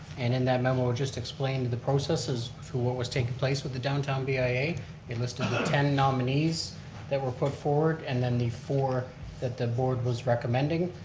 and in that memo just explained the processes for what was taking place with the downtown via, it listed the ten nominees that were put forward, and then the four that the board was recommending.